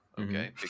okay